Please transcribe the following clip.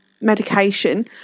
medication